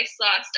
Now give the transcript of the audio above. lost